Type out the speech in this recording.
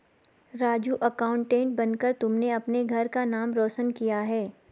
Raju accountant बनकर तुमने अपने घर का नाम रोशन किया है